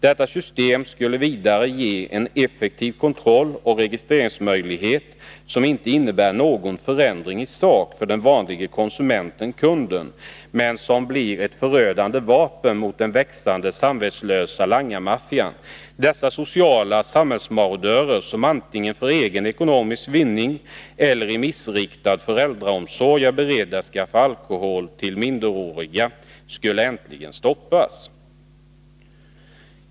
Detta system skulle vidare ge en effektiv kontroll och registreringsmöjlighet, som inte innebär någon förändring i sak för den vanlige konsumenten/kunden men som blir ett förödande vapen mot den växande samvetslösa langarmaffian. Dessa sociala samhällsmarodörer, som antingen för egen ekonomisk vinning eller i missriktad föräldraomsorg är beredda att skaffa alkohol till minderåriga, skulle äntligen stoppas.